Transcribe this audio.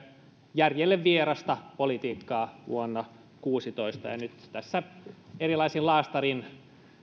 järjelle vierasta politiikkaa vuonna kuusitoista nyt tässä erilaisin laastarein